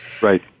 Right